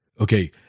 Okay